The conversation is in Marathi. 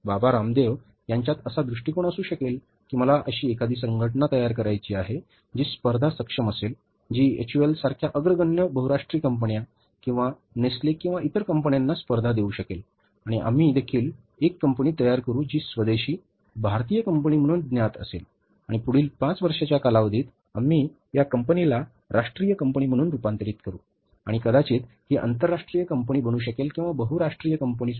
बाबा रामदेव यांच्यात असा दृष्टिकोन असू शकेल की मला अशी एखादी संघटना तयार करायची आहे जी स्पर्धा सक्षम असेल जी एचयूएल सारख्या अग्रगण्य बहुराष्ट्रीय कंपन्या किंवा नेस्ले किंवा इतर कंपन्यांना स्पर्धा देऊ शकेल आणि आम्ही देखील एक कंपनी तयार करू जी स्वदेशी भारतीय कंपनी म्हणून ज्ञात असेल आणि पुढील पाच वर्षांच्या कालावधीत आम्ही त्या कंपनीला राष्ट्रीय कंपनी म्हणून रुपांतरित करू आणि कदाचित ही आंतरराष्ट्रीय कंपनी बनू शकेल किंवा बहुराष्ट्रीय कंपनी असू शकेल